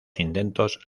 intentos